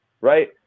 right